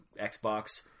Xbox